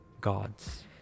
gods